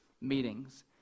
Meetings